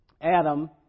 Adam